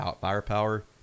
firepower